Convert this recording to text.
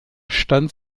stand